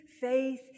faith